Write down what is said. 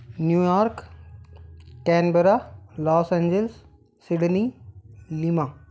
New York Canberra Los Angeles Sydney lima